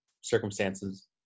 circumstances